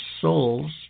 Soul's